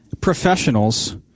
professionals